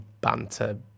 banter